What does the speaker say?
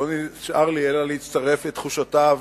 לא נשאר לי אלא להצטרף לתחושותיו